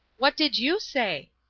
what did you say?